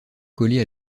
collées